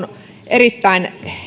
erittäin